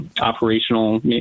operational